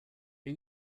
are